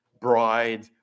Bride